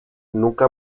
nunca